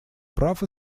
прав